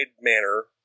manner